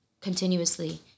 continuously